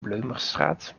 bleumerstraat